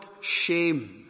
shame